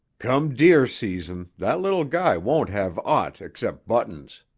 come deer season, that little guy won't have aught except buttons.